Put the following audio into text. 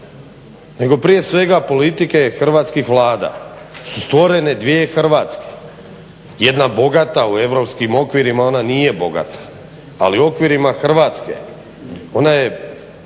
nego prije svega politika hrvatskih Vlada su stvorene dvije Hrvatske, jedna bogata u Europskim okvirima ona nije bogata ali u okvirima Hrvatske ona je